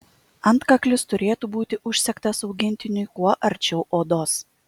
antkaklis turėtų būti užsegtas augintiniui kuo arčiau odos